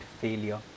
failure